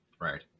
Right